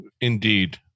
Indeed